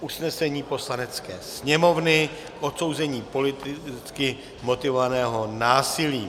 Usnesení Poslanecké sněmovny k odsouzení politicky motivovaného násilí